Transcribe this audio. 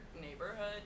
neighborhood